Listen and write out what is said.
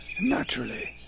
naturally